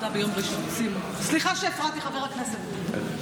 סליחה שהפרעתי, חבר הכנסת.